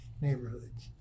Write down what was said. neighborhoods